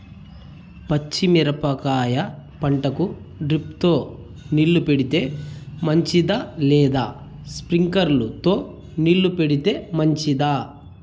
పచ్చి మిరపకాయ పంటకు డ్రిప్ తో నీళ్లు పెడితే మంచిదా లేదా స్ప్రింక్లర్లు తో నీళ్లు పెడితే మంచిదా?